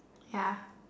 ya